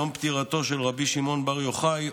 יום פטירתו של רבי שמעון בר יוחאי,